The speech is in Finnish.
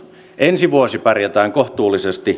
ensi vuosi pärjätään kohtuullisesti